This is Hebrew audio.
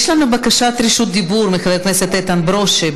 יש לנו בקשת רשות דיבור של חבר הכנסת איתן ברושי.